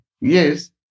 Yes